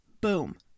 Boom